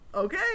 Okay